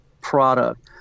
product